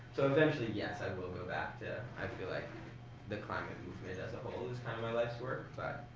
so eventually, yes, i will go back to i feel like the climate movement as a whole is kind of my life's work. but